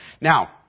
Now